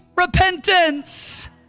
repentance